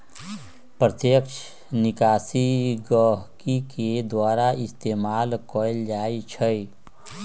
प्रत्यक्ष निकासी गहकी के द्वारा इस्तेमाल कएल जाई छई